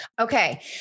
Okay